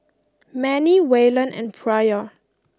Mannie Wayland and Pryor